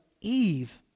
Eve